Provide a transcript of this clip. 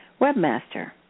webmaster